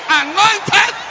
anointed